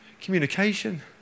communication